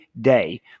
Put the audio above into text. day